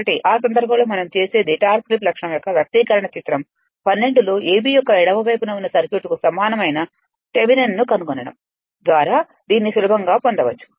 కాబట్టి ఈ సందర్భంలో మనం చేసేది టార్క్ స్లిప్ లక్షణం యొక్క వ్యక్తీకరణ చిత్రం 12 లో ab యొక్క ఎడమ వైపున ఉన్న సర్క్యూట్కు సమానమైన థెవెనిన్ను కనుగొనడం ద్వారా దీనిని సులభంగా పొందవచ్చు